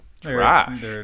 Trash